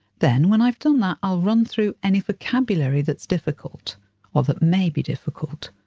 then when i've done that, i'll run through any vocabulary that's difficult or that may be difficult.